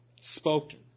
spoken